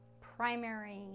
primary